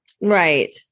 Right